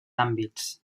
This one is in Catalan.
àmbits